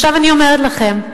עכשיו, אני אומרת לכם: